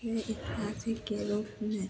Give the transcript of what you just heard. ये ऐतिहासिक के रूप में